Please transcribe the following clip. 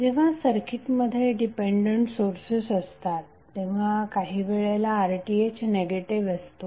जेव्हा सर्किटमध्ये dependent sources असतात तेव्हा काही वेळेला RTh निगेटिव्ह येतो